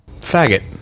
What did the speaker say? Faggot